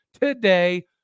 today